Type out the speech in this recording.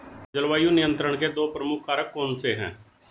जलवायु नियंत्रण के दो प्रमुख कारक कौन से हैं?